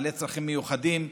בעלי צרכים מיוחדים,